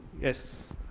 Yes